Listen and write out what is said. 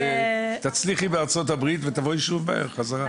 ותצליחי בארה"ב ותבואי שוב מהר חזרה.